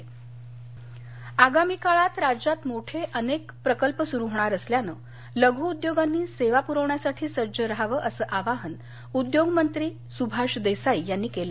सुभाष देसाई आगामी काळात राज्यात अनेक मोठे प्रकल्प सुरू होणार असल्यानं लघु उद्योगांनी सेवा पुरवण्यासाठी सज्ज रहावं असं आवाहन उद्योगमंत्री सुभाष देसाई यांनी केलं